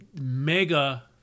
mega